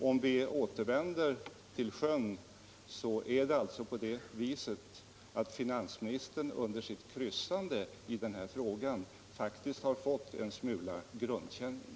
Om vi återvänder till sjön är det alltså på det sättet att finansministern under sitt kryssande i denna fråga faktiskt har fått en smula grundkänning.